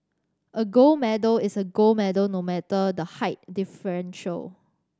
a gold medal is a gold medal no matter the height differential